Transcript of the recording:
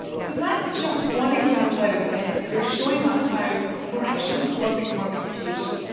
so that's just one example out of many that are showing us how we're actually causing more confusion.